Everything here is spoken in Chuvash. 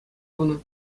хунӑ